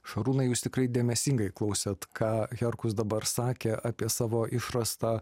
šarūnai jūs tikrai dėmesingai klausėt ką herkus dabar sakė apie savo išrastą